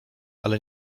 ale